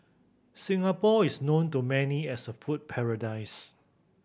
Singapore is known to many as a food paradise